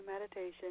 meditation